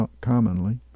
commonly